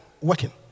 working